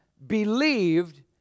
believed